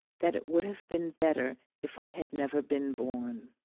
that it would have been better if i had never been born.